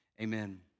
Amen